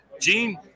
Gene